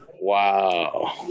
Wow